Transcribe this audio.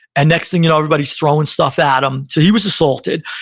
and next thing you know, everybody's throwing stuff at him. so he was assaulted,